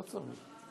לא צריך.